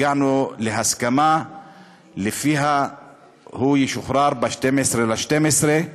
הגענו להסכמה שלפיה הוא ישוחרר ב-12 בדצמבר,